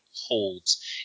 holds